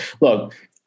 Look